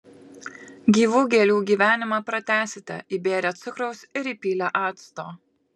gyvų gėlių gyvenimą pratęsite įbėrę cukraus ir įpylę acto